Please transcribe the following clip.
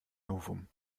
novum